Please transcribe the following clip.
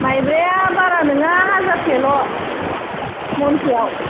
माइब्राया बारा नोङा हाजारसेल' मनसेयाव